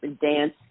dance